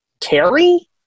Carrie